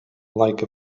like